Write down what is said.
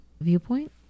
viewpoint